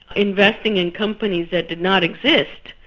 investing in companies that did not exist,